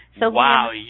Wow